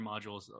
modules